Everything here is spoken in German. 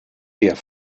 der